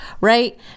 right